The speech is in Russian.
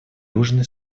южный